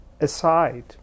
aside